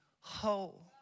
whole